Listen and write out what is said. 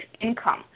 income